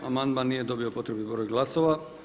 Amandman nije dobio potrebni broj glasova.